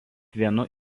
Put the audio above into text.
vienu